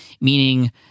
Meaning